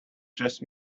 just